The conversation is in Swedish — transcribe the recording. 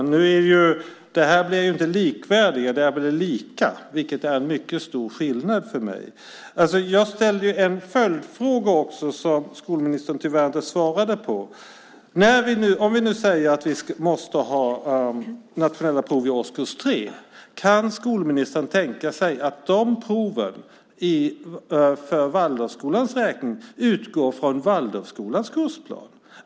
Fru talman! Det blir ju inte likvärdigt, utan det blir lika. Det är en mycket stor skillnad för mig. Jag ställde också en följdfråga som skolministern tyvärr inte svarade på. Om vi nu säger att vi måste ha nationella prov i årskurs 3, kan skolministern tänka sig att de proven för Waldorfskolans räkning utgår från Waldorfskolans kursplan?